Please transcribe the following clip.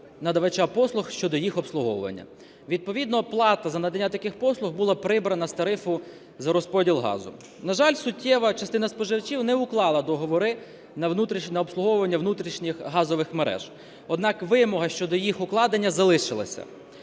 надавача послуг щодо їх обслуговування. Відповідно, плата за надання таких послуг була прибрана з тарифу за розподіл газу. На жаль, суттєва частина споживачів не уклала договори на обслуговування внутрішніх газових мереж, однак вимога щодо їх укладення залишилася.